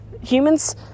humans